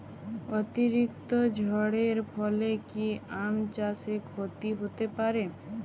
অতিরিক্ত ঝড়ের ফলে কি আম চাষে ক্ষতি হতে পারে?